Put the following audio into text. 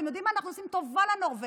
אתם יודעים מה, אנחנו עושים טובה לנורבגים,